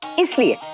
is hidden